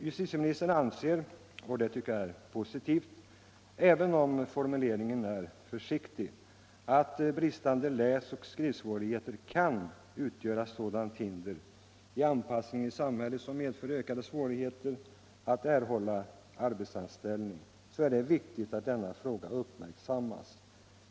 Justitieministern anser — och det är positivt, även om formuleringen är försiktig — att bristande läsoch skrivsvårigheter kan utgöra sådant hinder i anpassningen i samhället som medför ökade svårigheter att erhålla en arbetsanställning och att det därför är viktigt att denna fråga uppmärksammas.